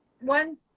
one